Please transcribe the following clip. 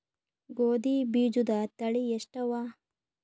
ಗೋಧಿ ಬೀಜುದ ತಳಿ ಎಷ್ಟವ?